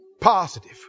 Positive